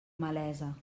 malesa